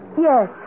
Yes